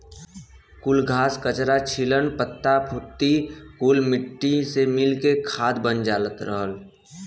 कुल घास, कचरा, छीलन, पत्ता पुत्ती कुल मट्टी से मिल के खाद बन जात रहल